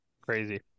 Crazy